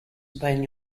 than